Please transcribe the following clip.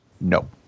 No